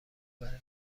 برای